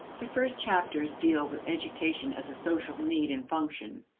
the first chapters deal with education as a social need and function.